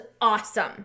awesome